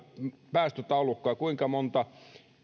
päästötaulukkoa että